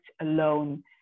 alone